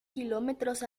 kilómetros